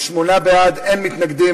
שמונה בעד, אין מתנגדים.